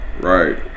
right